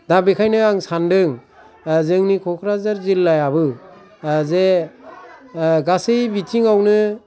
दा बिखायनो आं सानदों जोंनि क'क्राझार जिल्लायाबो जे गासै बिथिङावनो